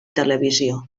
televisió